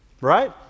Right